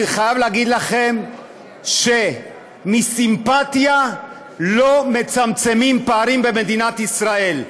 אני חייב להגיד לכם שמסימפתיה לא מצמצמים פערים במדינת ישראל.